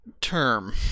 term